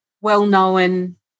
well-known